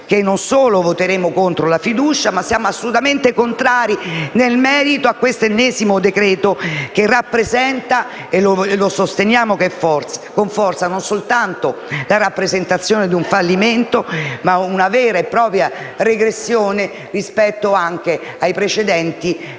non solo voteremo contro la fiducia, ma siamo assolutamente contrari nel merito a questo ennesimo decreto che rappresenta - e lo sosteniamo con forza - non soltanto la rappresentazione di un fallimento, ma una vera e propria regressione rispetto anche ai precedenti e